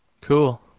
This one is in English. Cool